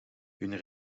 hun